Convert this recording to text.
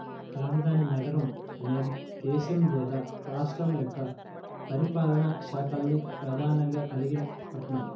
రాజధాని నగరం అనేది దేశం లేదా రాష్ట్రం యొక్క పరిపాలనా శాఖల్ని ప్రధానంగా కలిగిన పట్టణం